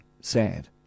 sad